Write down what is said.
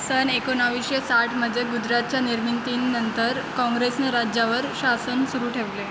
सन एकोणाविशे साठमध्ये गुजरातच्या निर्मितीनंतर काँग्रेसने राज्यावर शासन सुरू ठेवले